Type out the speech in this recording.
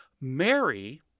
Mary